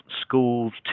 schools